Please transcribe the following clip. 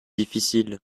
difficile